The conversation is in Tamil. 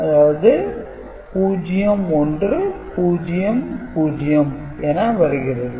அதாவது 0100 என வருகிறது